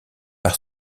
par